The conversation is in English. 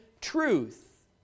truth